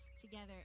together